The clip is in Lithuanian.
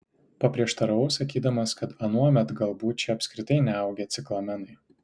paprieštaravau sakydamas kad anuomet galbūt čia apskritai neaugę ciklamenai